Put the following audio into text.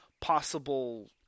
possible